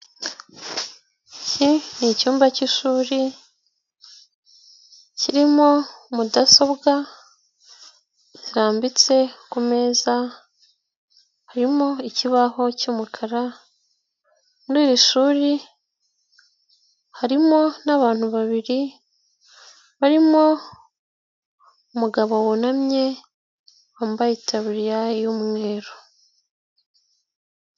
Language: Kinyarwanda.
Iki ni icyumba k'ishuri kirimo mudasobwa zirambitse ku meza, harimo ikibaho cy'umukara, muri iri shuri harimo n'abantu babiri barimo umugabo w'unamye wambaye itabriya y'umweru.